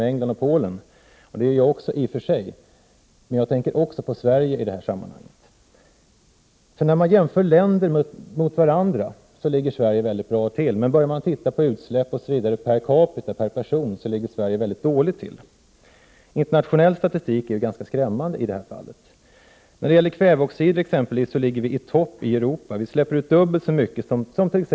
Undertecknarna hävdar också att ”då de naturliga ekologiska systemen skövlas genom en överdriven konsumtion och misshushållning av naturresurser ——— leder detta till sammanbrott för hela den mänskliga civilisationens ekonomiska, sociala och politiska grundvalar”. Sverige har undertecknat deklarationen.